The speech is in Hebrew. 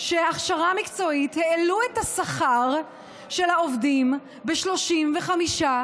הכשרה מקצועית העלתה את השכר של העובדים ב-35%.